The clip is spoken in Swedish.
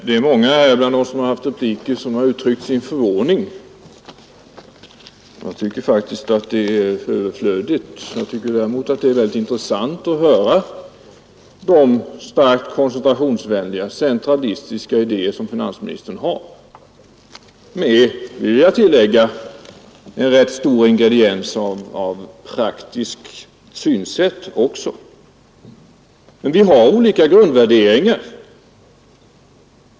Herr talman! Många har i sina repliker uttryckt förvåning över finansministern. Jag tycker att det är överflödigt. Däremot är det intressant att höra att finansministern har så starkt koncentrationsvänliga, centralistiska idéer med — det vill jag tillägga — en rätt stor ingrediens av praktiskt synsätt. Vi har alltså olika grundvärderingar.